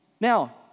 now